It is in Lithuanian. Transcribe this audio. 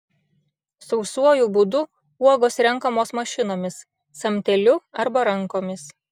sausuoju būdu uogos renkamos mašinomis samteliu arba rankomis